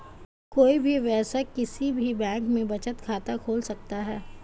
कोई भी वयस्क किसी भी बैंक में बचत खाता खोल सकता हैं